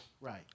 Right